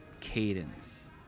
cadence